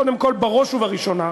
קודם כול, בראש ובראשונה.